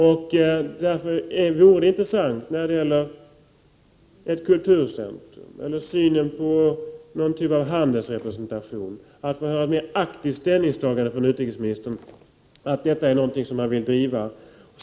Därför vore det intressant att när det gäller ett kulturcentrum eller någon typ av handelsrepresentation få notera ett mer aktivt ställningstagande från utrikesministern, att detta är någonting som han vill driva.